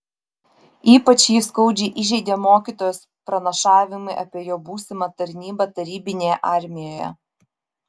ypač jį skaudžiai įžeidė mokytojos pranašavimai apie jo būsimą tarnybą tarybinėje armijoje